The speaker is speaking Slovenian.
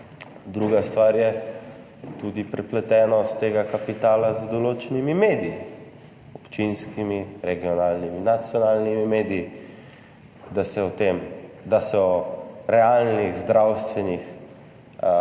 Druga stvar je tudi prepletenost tega kapitala z določenimi mediji, občinskimi, regionalnimi, nacionalnimi mediji, da se o realnih zdravstvenih problemih